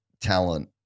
talent